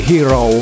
Hero